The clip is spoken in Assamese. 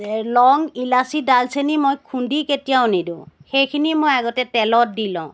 লং ইলাচি ডালচেনি মই খুন্দি কেতিয়াও নিদো সেইখিনি মই আগতে তেলত দি লওঁ